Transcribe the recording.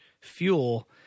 fuel